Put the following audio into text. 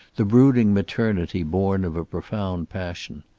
the brooding maternity born of a profound passion.